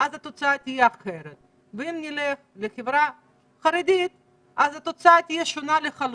התוצאה תהיה אחרת ואם נלך לחברה החרדית התוצאה תהיה שונה לחלוטין.